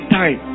time